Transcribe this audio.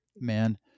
man